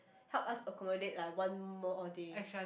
help us accommodate like one more day